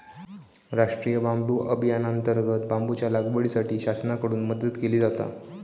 राष्टीय बांबू अभियानांतर्गत बांबूच्या लागवडीसाठी शासनाकडून मदत केली जाता